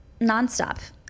nonstop